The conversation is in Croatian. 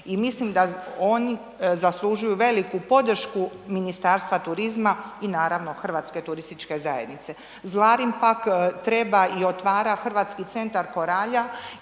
I mislim da oni zaslužuju veliku podršku Ministarstva turizma i naravno Hrvatske turističke zajednice. Zlarin pak treba i otvara Hrvatski centar koralja